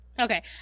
Okay